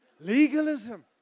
legalism